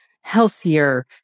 healthier